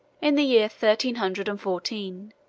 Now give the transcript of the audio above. in the year thirteen hundred and fourteen,